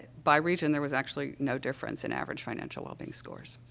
by region, there was actually no difference in average financial wellbeing scores.